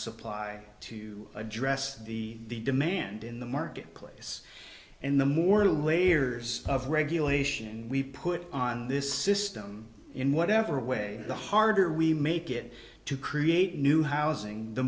supply to address the demand in the marketplace and the more layers of regulation we put on this system in whatever way the harder we make it to create new housing the